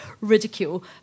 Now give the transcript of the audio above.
ridicule